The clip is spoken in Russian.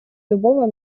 любого